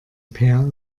peer